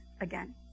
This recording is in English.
again